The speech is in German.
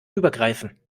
übergreifen